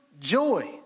joy